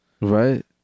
right